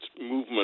movement